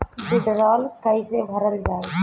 वीडरौल कैसे भरल जाइ?